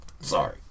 Sorry